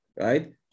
right